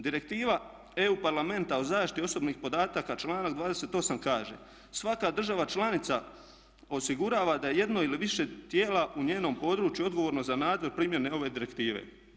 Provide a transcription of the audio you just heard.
Direktiva EU Parlamenta o zaštiti osobnih podataka, članak 28 kaže, svaka država članica osigurava da je jedno ili više tijela u njenom području odgovorno za nadzor primjene ove direktive.